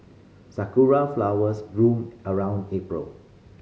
sakura flowers bloom around April